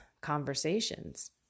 conversations